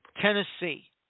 Tennessee